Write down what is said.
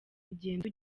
ugenda